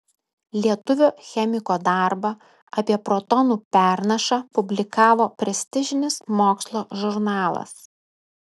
lietuvio chemiko darbą apie protonų pernašą publikavo prestižinis mokslo žurnalas